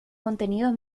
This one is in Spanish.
contenidos